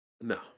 No